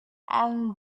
and